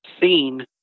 seen